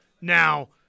Now